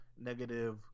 negative